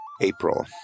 April